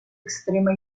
extrema